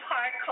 Park